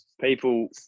People